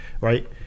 right